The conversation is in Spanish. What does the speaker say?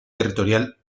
territorial